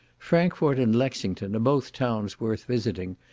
frankfort and lexington are both towns worth visiting,